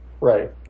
Right